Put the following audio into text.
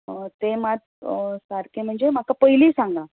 तें मात सारकें म्हन्जे म्हाका पयलीं सांगां